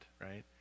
right